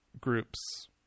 groups